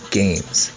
games